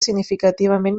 significativament